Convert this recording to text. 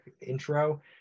intro